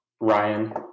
Ryan